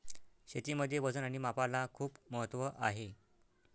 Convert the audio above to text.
शेतीमध्ये वजन आणि मापाला खूप महत्त्व आहे